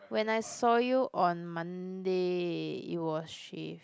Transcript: when I saw you on Monday it was shaved